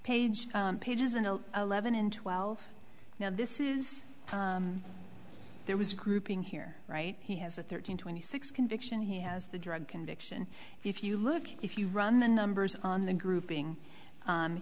page pages and eleven in twelve now this is there was a grouping here right he has a thirteen twenty six conviction he has the drug conviction if you look if you run the numbers on the grouping